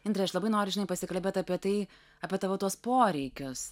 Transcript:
indre aš labai noriu žinai pasikalbėt apie tai apie tavo tuos poreikius